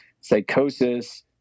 psychosis